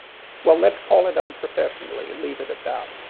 well let's call it unprofessionally and leave it at that.